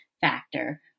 factor